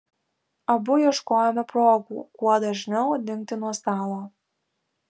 abu ieškojome progų kuo dažniau dingti nuo stalo